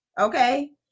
Okay